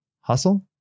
hustle